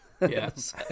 Yes